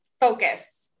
focus